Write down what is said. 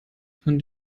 von